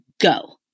go